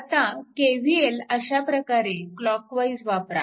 आता KVL अशा प्रकारे क्लॉकवाईज वापरा